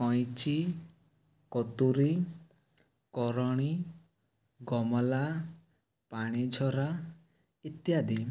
କଇଁଚି କତୁରୀ କରଣୀ ଗମଲା ପାଣିଝରା ଇତ୍ୟାଦି